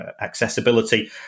accessibility